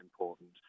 important